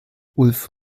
ulf